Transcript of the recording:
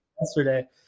yesterday